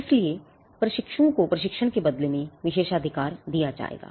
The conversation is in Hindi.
इसलिए प्रशिक्षुओं को प्रशिक्षण के बदले में विशेषाधिकार दिया जाएगा